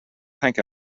thank